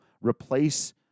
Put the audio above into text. replace